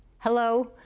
hello,